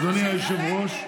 היושב-ראש,